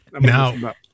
Now